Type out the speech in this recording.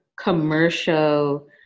commercial